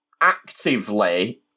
actively